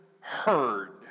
heard